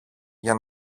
για